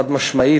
חד-משמעית,